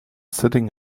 sitting